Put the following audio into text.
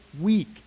week